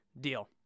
deal